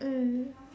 mm